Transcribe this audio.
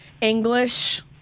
English